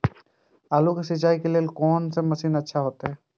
आलू के सिंचाई के लेल कोन से मशीन अच्छा होते?